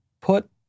put